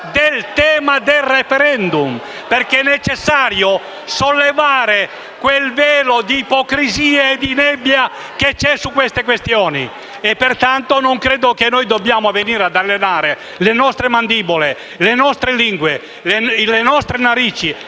del senatore Crimi)*. È necessario sollevare quel velo di ipocrisia e di nebbia che c'è su queste questioni. Pertanto, non credo che dobbiamo venire ad allenare le nostre mandibole, le nostre lingue e narici